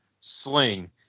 Sling